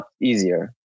easier